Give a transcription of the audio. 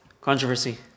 Controversy